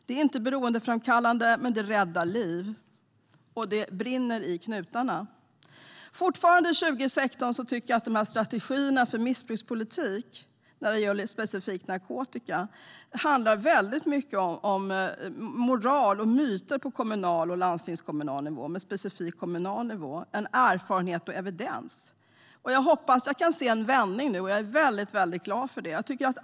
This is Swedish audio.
Det är inte beroendeframkallande, men det räddar liv. Och det brinner i knutarna. Fortfarande 2016 tycker jag att strategierna för missbrukspolitiken när det gäller narkotika handlar mer om moral och myter på kommunal och landstingskommunal nivå, men specifikt på kommunal nivå, än om erfarenhet och evidens. Jag kan nu se en vändning, och jag är mycket glad för det.